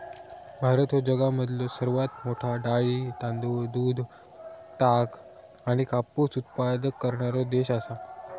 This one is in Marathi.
भारत ह्यो जगामधलो सर्वात मोठा डाळी, तांदूळ, दूध, ताग आणि कापूस उत्पादक करणारो देश आसा